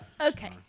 Okay